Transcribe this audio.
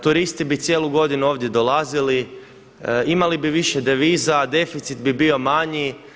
Turisti bi cijelu godinu ovdje dolazili, imali bi više deviza, deficit bi bio manji.